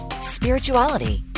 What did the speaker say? spirituality